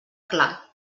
clar